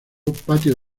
patio